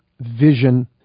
vision